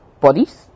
bodies